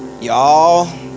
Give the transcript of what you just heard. Y'all